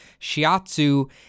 shiatsu